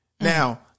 Now